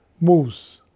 moves